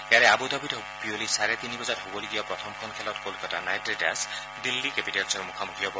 ইয়াৰে আবু ধাবিত বিয়লি চাৰে তিনি বজাত হ'বলগীয়া প্ৰথমখন খেলত কলকতা নাইট ৰাইডাৰ্চ দিল্লী কেপিটেলছৰ মুখামুখি হ'ব